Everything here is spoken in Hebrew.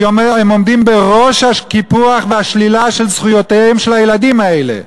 הם עומדים בראש הקיפוח והשלילה של זכויותיהם של הילדים האלה.